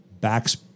backs